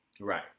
Right